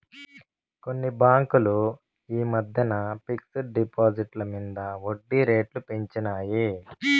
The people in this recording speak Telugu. కొన్ని బాంకులు ఈ మద్దెన ఫిక్స్ డ్ డిపాజిట్ల మింద ఒడ్జీ రేట్లు పెంచినాయి